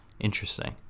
interesting